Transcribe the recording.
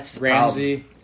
Ramsey